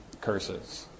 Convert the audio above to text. curses